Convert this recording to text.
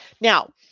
Now